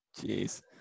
jeez